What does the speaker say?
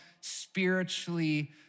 spiritually